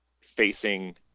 facing